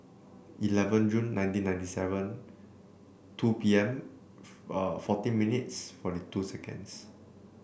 eleven June nineteen ninety seven two P M forty minutes forty two seconds